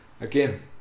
again